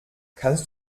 kannst